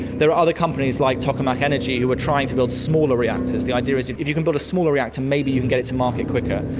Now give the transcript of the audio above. there are other companies, like tokamak energy who are trying to build smaller reactors. the idea is if if you can build a smaller reactor, maybe you can get it to market quicker,